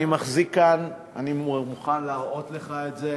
אני מחזיק כאן ואני מוכן להראות לך את זה,